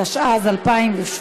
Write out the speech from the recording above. התשע"ז 2017,